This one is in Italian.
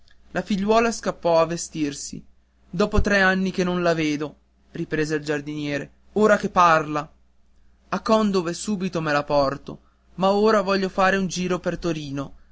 la figliuola scappò a vestirsi dopo tre anni che non la vedo riprese il giardiniere ora che parla a condove subito me la porto ma prima voglio far un giro per torino